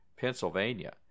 Pennsylvania